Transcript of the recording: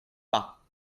pas